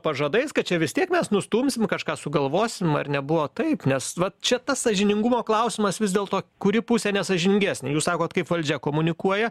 pažadais kad čia vis tiek mes nustumsim kažką sugalvosim ar nebuvo taip nes vat čia tas sąžiningumo klausimas vis dėl to kuri pusė nesąžiningesnė jūs sakot kaip valdžia komunikuoja